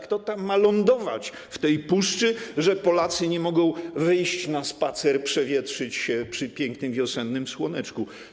Kto tam ma lądować w tej puszczy, że Polacy nie mogą wyjść na spacer, przewietrzyć się przy pięknym wiosennym słoneczku?